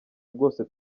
rwose